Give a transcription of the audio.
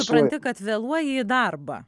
supranti kad vėluoji į darbą